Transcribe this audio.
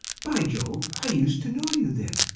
by jove, i used to know you, then